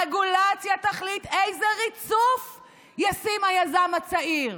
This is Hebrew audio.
הרגולציה תחליט איזה ריצוף ישים היזם הצעיר,